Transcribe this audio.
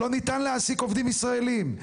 לא ניתן להעסיק עובדים ישראליים,